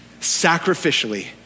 sacrificially